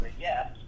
yes